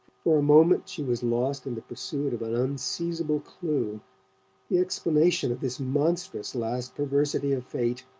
for a moment she was lost in the pursuit of an unseizable clue the explanation of this monstrous last perversity of fate.